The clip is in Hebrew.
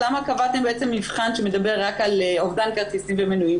אז למה קבעתם בעצם מבחן שמדבר רק על אובדן כרטיסים ומנויים?